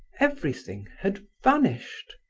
everything had vanished.